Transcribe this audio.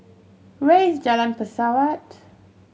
where is Jalan Pesawat